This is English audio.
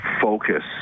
focus